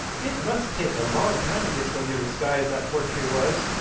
it must take a long time to get so near the sky as that poor tree was.